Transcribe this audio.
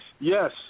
Yes